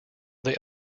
they